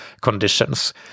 conditions